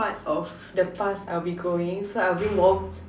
part of the past I'll be going so I will bring warm